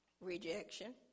Rejection